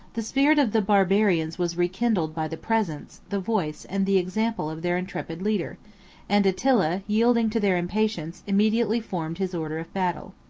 the spirit of the barbarians was rekindled by the presence, the voice, and the example of their intrepid leader and attila, yielding to their impatience, immediately formed his order of battle.